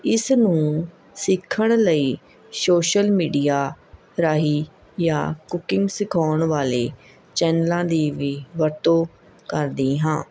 ਇਸ ਨੂੰ ਸਿੱਖਣ ਲਈ ਸ਼ੋਸ਼ਲ ਮੀਡੀਆ ਰਾਹੀਂ ਜਾਂ ਕੁਕਿੰਗ ਸਿਖਾਉਣ ਵਾਲੇ ਚੈਨਲਾਂ ਦੀ ਵੀ ਵਰਤੋਂ ਕਰਦੀ ਹਾਂ